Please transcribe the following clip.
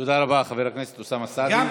תודה רבה, חבר הכנסת אוסאמה סעדי.